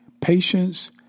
patience